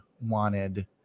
wanted